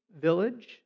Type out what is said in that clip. village